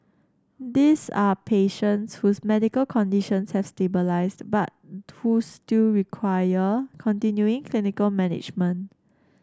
these are patients whose medical conditions has stabilised but who still require continuing clinical management